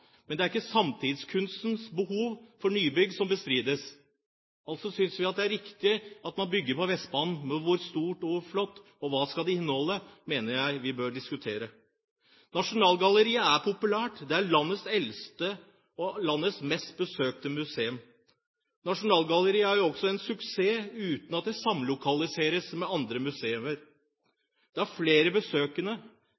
Men det er ikke samtidskunstens behov for nybygg som bestrides. Vi synes det er riktig at man bygger på Vestbanen, men hvor stort og hvor flott det skal være, og hva det skal inneholde, mener jeg vi bør diskutere. Nasjonalgalleriet er populært. Det er landets eldste og landets mest besøkte museum. Nasjonalgalleriet er jo også en suksess uten at det samlokaliseres med andre